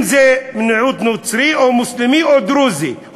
אם זה מיעוט נוצרי או מוסלמי או דרוזי,